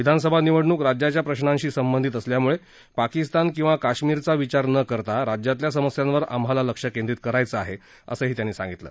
विधानसभा निवडणुक राज्याच्या प्रश्नांशी संबंधित असल्यामुळे पाकिस्तान किंवा काश्मीरचा विचार न करता राज्यातल्या समस्यांवर आम्हाला लक्ष केंद्रित करायचं आहे असं त्यांनी सांगितलं